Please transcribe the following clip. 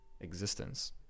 existence